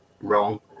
Wrong